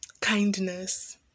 kindness